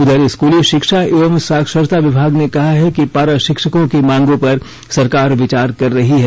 उधर स्कूली शिक्षा एवं साक्षरता विभाग ने कहा कि पारा शिक्षकों की मांगों पर सरकार विचार कर रही है